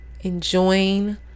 enjoying